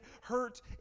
hurt